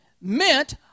meant